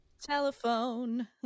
Telephone